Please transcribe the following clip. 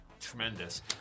tremendous